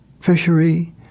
Fishery